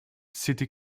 city